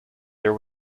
there